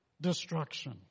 destruction